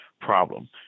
problem